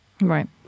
right